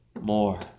more